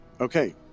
Okay